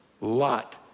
Lot